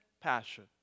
passion